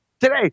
Today